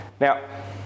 Now